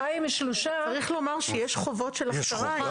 צריך לומר שיש חובות של הכשרה.